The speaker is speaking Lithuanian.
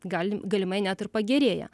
gali galimai net ir pagerėja